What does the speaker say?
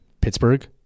Pittsburgh